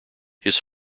his